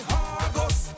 august